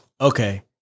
Okay